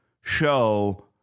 show